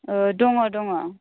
दङ दङ